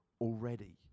already